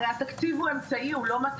הרי התקציב הוא אמצעי, הוא לא מטרה.